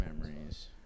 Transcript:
memories